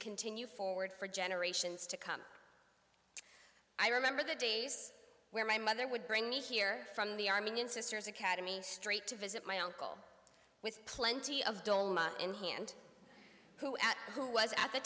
continue forward for generations to come i remember the days where my mother would bring me here from the armenian sisters academy straight to visit my uncle with plenty of doma in hand who who was at the